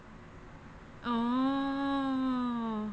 oh